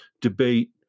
debate